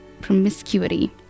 promiscuity